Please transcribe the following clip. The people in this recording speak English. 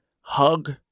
Hug